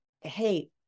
hey